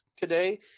today